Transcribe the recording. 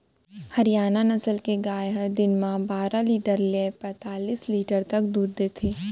हरियाना नसल के गाय हर दिन म बारा लीटर ले पैतालिस लीटर तक दूद देथे